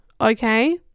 Okay